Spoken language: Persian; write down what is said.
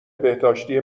بهداشتی